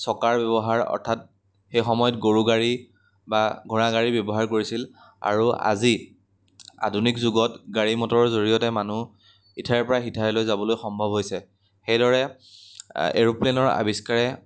চকাৰ ব্যৱহাৰ অৰ্থাৎ সেই সময়ত গৰু গাড়ী বা ঘোঁৰা গাড়ী ব্যৱহাৰ কৰিছিল আৰু আজি আধুনিক যুগত গাড়ী মটৰৰ জৰিয়তে মানুহ ইঠাইৰ পৰা সিঠাইলৈ যাবলৈ সম্ভৱ হৈছে সেইদৰে এৰোপ্লেনৰ আৱিষ্কাৰে